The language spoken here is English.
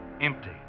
empty